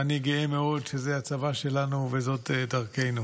ואני גאה מאוד שזה הצבא שלנו וזאת דרכינו.